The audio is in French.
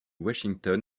washington